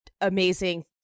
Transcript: amazing